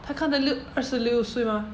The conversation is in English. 她看得六二十六岁吗